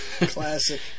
Classic